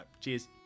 Cheers